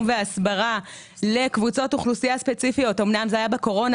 והסברה לקבוצות אוכלוסייה ספציפיות אמנם זה היה בקורונה